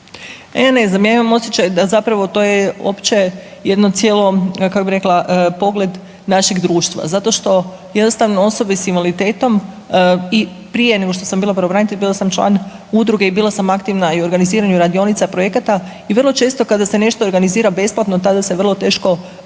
E ne znam, ja imam osjećaj da zapravo to je opće jedno cijelo kako bi rekla, pogled našeg društva. Zato što jednostavno osobe s invaliditetom i prije nego što sam bila pravobranitelj bila sam član udruge i bila sam aktivna i u organiziranju radionica, projekata i vrlo često kada se nešto organizira besplatno tada se vrlo teško građani